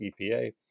EPA